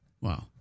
Wow